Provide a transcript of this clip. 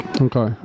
Okay